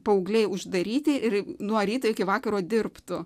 paaugliai uždaryti ir nuo ryto iki vakaro dirbtų